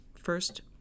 first